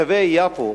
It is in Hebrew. תושבי יפו,